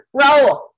Raul